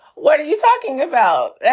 what are you talking about?